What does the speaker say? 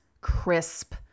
crisp